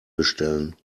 bestellen